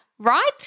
right